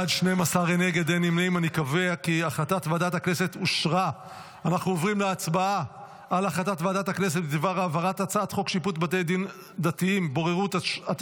הצעת ועדת הכנסת להעביר את הצעת חוק שיפוט בתי דין דתיים (בוררות),